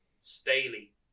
Staley